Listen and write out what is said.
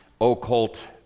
occult